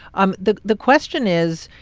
um the the question is,